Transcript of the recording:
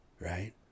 Right